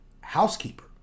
housekeeper